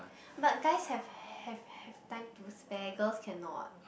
but guys have have have time to spare girls cannot